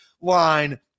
line